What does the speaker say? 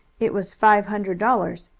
it was five hundred dollars,